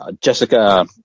Jessica